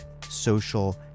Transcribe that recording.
social